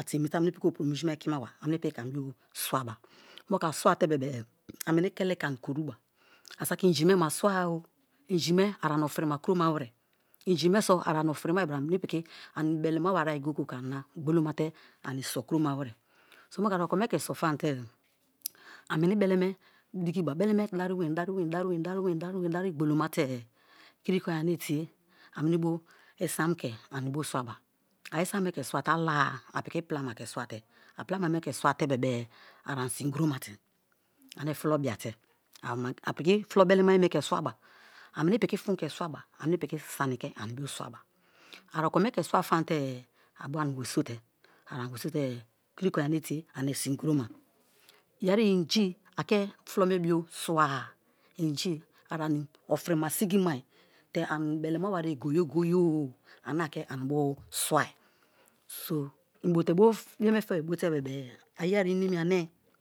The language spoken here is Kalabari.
a meni piki ke anibio swaba, opu ro minji me so yeri atemiye, temi te amini piki opuro minji me ekima ba a meni piki ke ani bio swaba a swate bebe-e a meni kole ke ani koruba, ani saki inji me ma swa-o inji me ariani ofirima kuro ma were, inji me ariani ofirima kuroma were, inji me a ani ofrimai saki a meni piki ani be lemawa ayi goye-e ke ani na gbo lomate ani so kuroma were so moku a okome ke so famatere a meni belema dikiba belema dari weni, dari weni, dari weni, dari gbolomatene kiri konye ane tiye amenibo isam ke ani bio swaba isam me ke swate-e ala-a a piki plama ke swate, plama me ke swate-e a ani sin kromate ani fulo biate a piki fulo belemaye me ke swaba a meni piki fun ke swaba, meni piki sani ke ani bio swaba ari okome ke swa famate-e a bo ani werisote a ani werisotee kiri konye ane tie ani sin kroma yeri inji ake fulo me bio swa-a inji ana ni ofrima sigi mai te ani belema warayi goye-goye-o ane ake ani bio swai so i bote bo ye me feba bote-e a yeye inimi ane.